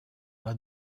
alla